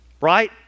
right